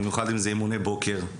במיוחד אם זה אימוני בוקר.